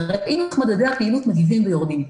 והאם מתמודדי הפעילות מגיבים ויורדים.